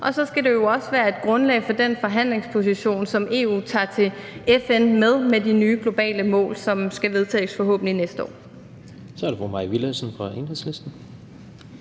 og så skal det jo også være et grundlag for den forhandlingsposition, som EU tager til FN med, med de nye globale mål, som skal vedtages forhåbentlig næste år.